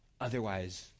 Otherwise